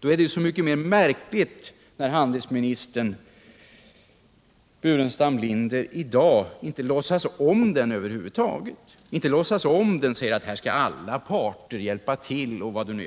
Då är det mycket mer märkligt när handelsminister Burenstam Linder i dag inte låtsas om den över huvud taget, och säger att här skall alla parter hjälpa till